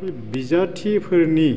बे बिजाथिफोरनि